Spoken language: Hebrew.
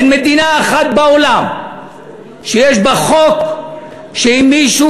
אין מדינה אחת בעולם שיש בה חוק שאם מישהו